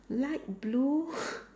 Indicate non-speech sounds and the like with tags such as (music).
light blue (breath)